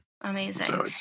amazing